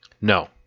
No